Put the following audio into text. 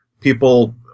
people